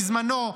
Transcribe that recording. בזמנו,